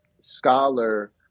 scholar